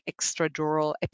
extradural